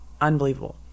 unbelievable